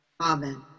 Amen